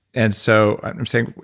and so i'm saying,